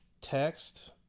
text